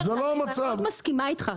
אני מאוד מסכימה איתך.